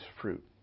fruit